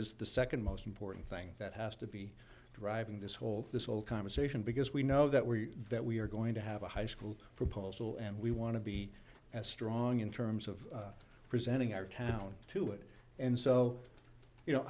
is the second most important thing that has to be driving this whole this whole conversation because we know that we that we are going to have a high school proposal and we want to be as strong in terms of presenting our town to it and so you